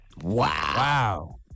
Wow